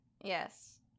Yes